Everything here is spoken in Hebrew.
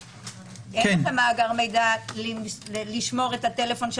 כי אין לכם מאגר מידע לשמור את הטלפון של